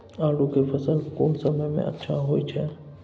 आलू के फसल कोन समय में अच्छा होय छै?